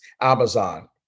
Amazon